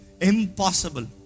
impossible